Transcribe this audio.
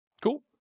Cool